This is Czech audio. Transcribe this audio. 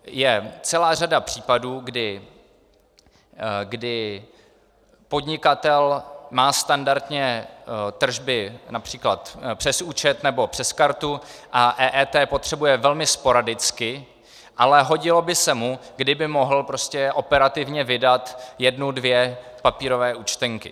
Je celá řada případů, kdy podnikatel má standardně tržby např. přes účet nebo přes kartu a EET potřebuje velmi sporadicky, ale hodilo by se mu, kdyby mohl prostě operativně vydat jednu dvě papírové účtenky.